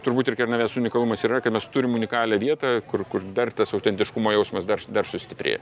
turbūt ir kernavės unikalumas yra kasd mes turim unikalią vietą kur kur dar tas autentiškumo jausmas dar dar sustiprėja